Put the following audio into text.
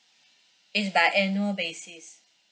it's by annual basis